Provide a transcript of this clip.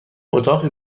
اتاقی